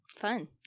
Fun